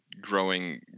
growing